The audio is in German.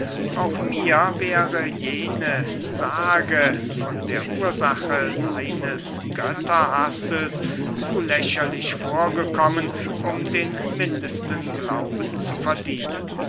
auch mir wäre jene sage von der ursache seines götterhasses zu lächerlich vorgekommen um den mindesten glauben zu verdienen